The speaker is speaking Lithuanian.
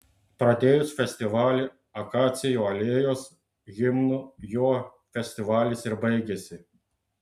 pradėjus festivalį akacijų alėjos himnu juo festivalis ir baigėsi